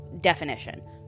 definition